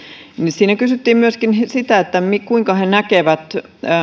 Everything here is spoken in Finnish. siinä kysyttiin myöskin sitä minkä asioiden he näkevät